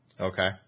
Okay